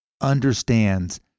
understands